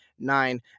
nine